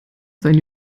seinen